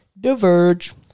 Diverge